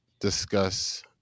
discuss